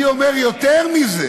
אני אומר יותר מזה,